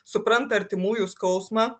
supranta artimųjų skausmą